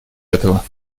этого